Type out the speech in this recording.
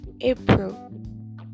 April